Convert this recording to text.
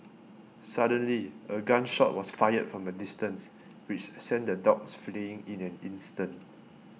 suddenly a gun shot was fired from a distance which sent the dogs fleeing in an instant